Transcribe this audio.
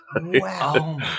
Wow